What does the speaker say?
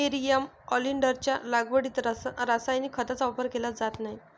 nerium ऑलिंडरच्या लागवडीत रासायनिक खतांचा वापर केला जात नाही